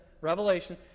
Revelation